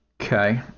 Okay